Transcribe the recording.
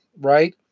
right